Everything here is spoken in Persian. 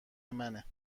منه